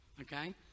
Okay